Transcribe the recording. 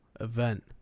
event